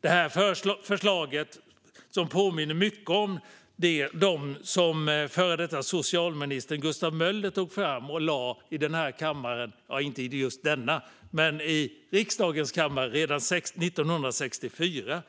Det här förslaget påminner mycket om de förslag som före detta socialministern Gustav Möller lade fram i inte just denna kammare, men väl i riksdagens kammare, redan 1964.